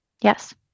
Yes